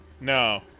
No